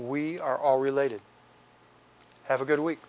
we are all related have a good week